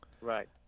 Right